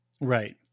Right